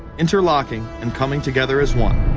interlocking and coming together as one.